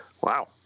Wow